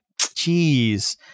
jeez